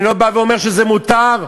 אני לא בא ואומר שזה מותר,